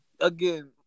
again